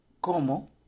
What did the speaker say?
¿Cómo